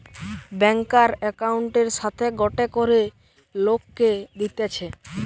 ব্যাংকার একউন্টের সাথে গটে করে লোককে দিতেছে